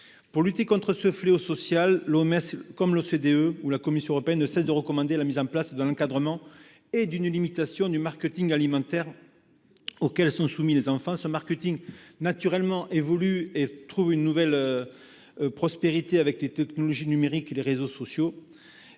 Pour lutter contre ce fléau social, l'OMS, l'OCDE et la Commission européenne ne cessent de recommander l'encadrement et la limitation du marketing alimentaire auquel sont soumis les enfants. Ce marketing évolue naturellement et trouve une nouvelle prospérité à travers les technologies du numérique et les réseaux sociaux,